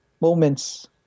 moments